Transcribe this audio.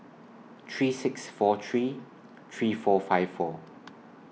three six four three three four five four